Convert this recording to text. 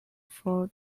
for